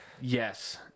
Yes